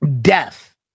death